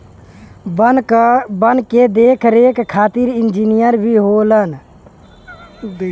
वन के देख रेख खातिर इंजिनियर भी होलन